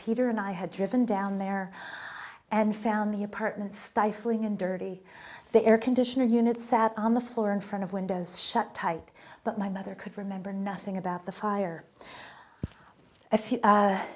peter and i had driven down there and found the apartment stifling and dirty the air conditioner unit sat on the floor in front of windows shut tight but my mother could remember nothing about the fire